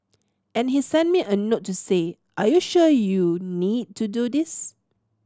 and he sent me a note to say are you sure you need to do this